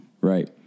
Right